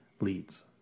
leads